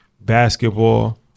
basketball